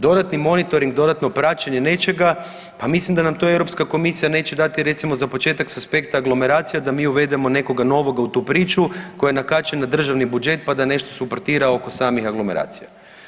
Dodatni monitoring, dodatno praćenje nečega pa mislim da nam to Europska komisija neće dati recimo za početak sa aspekta aglomeracija da mi uvedemo nekoga novoga u tu priču koja je nakačena na državni budžet pa da nešto suportira oko samih aglomeracija.